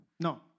No